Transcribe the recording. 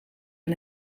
een